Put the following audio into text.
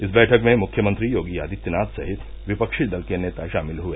इस बैठक में ग्रुख्यमंत्री योगी आदित्यनाथ सहित विपक्षी दल के नेता शामिल हुए